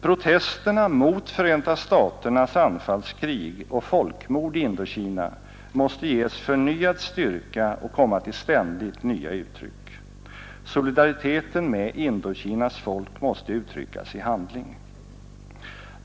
Protesterna mot Förenta staternas anfallskrig och folkmord i Indokina måste ges förnyad styrka och komma till ständigt nya uttryck. Solidariteten med Indokinas folk måste uttryckas i handling.